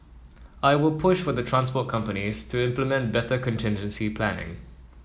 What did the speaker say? I will push for the transport companies to implement better contingency planning